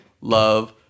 love